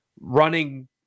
running